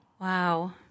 wow